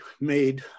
made